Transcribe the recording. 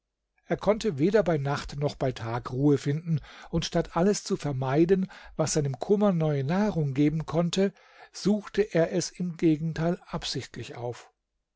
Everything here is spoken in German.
er konnte weder bei nacht noch bei tag ruhe finden und statt alles zu vermeiden was seinem kummer neue nahrung geben konnte suchte er es im gegenteil absichtlich auf